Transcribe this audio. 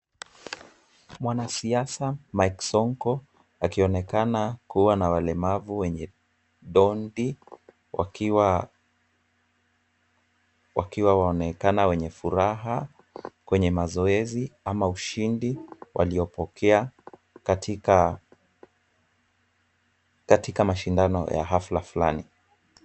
Mwanasiasa Mike Sonko, akionekana kuwa na walemavu wenye dondi, wakiwa waonekana wenye furaha kwenye mazoezi ama ushindi waliopokea katika mashindano ya hafla fulani.